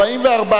1 2 נתקבלו.